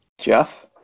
Jeff